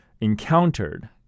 encountered